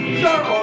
sure